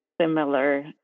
similar